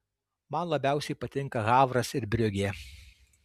man labiausiai patinka havras ir briugė